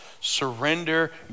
Surrender